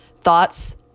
Thoughts